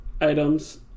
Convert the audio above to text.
items